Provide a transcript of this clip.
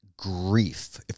grief